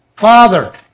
Father